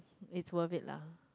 it's worth it lah